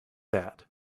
that